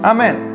Amen